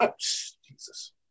Jesus